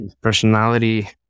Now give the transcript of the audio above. personality